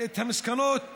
את המסקנות